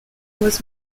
was